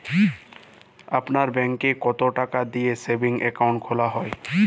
আপনার ব্যাংকে কতো টাকা দিয়ে সেভিংস অ্যাকাউন্ট খোলা হয়?